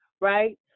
right